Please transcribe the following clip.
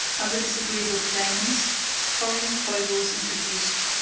other disagreeable claimants foreign foibles introduced,